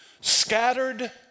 scattered